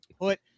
put